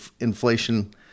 inflation